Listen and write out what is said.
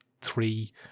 three